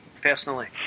personally